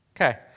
Okay